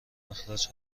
اخراج